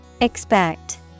Expect